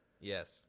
Yes